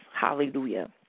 Hallelujah